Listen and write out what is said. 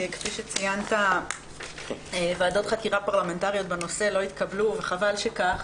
כפי שציינת ועדות חקירה פרלמנטריות בנושא לא התקבלו וחבל שכך